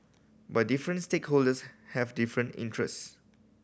but different stakeholders have different interests